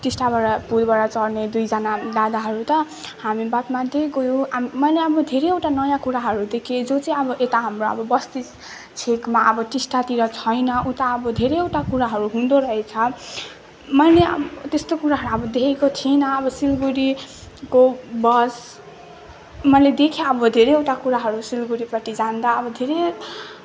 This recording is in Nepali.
टिस्टाबाट पुलबाट चढ्ने दुईजना दादाहरू त हामी बात मार्दै गयो आम् मैले अब धेरैवटा नयाँ कुराहरू देखेँ जो चाहिँ अब यता हाम्रो अब बस्ती छेकमा अब टिस्टातिर छैन उता अब धेरैवटा कुराहरू हुँदो रहेछ माने अब त्यस्तो कुराहरू देखेको थिइनँ अब सिलगढीको बस मैले देखेँ अब धेरैवटा कुराहरू सिलगढीपट्टि जाँदा अब धेरै